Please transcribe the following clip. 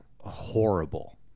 horrible